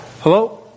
Hello